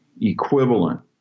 equivalent